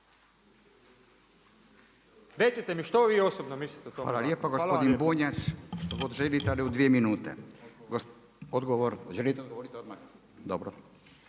Hvala lijepo gospodin Bunjac …/Govornik se ne razumije./… od dvije minute. Odgovor. Želite li odgovoriti odmah? Dobro.